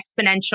Exponential